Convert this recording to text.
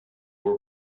were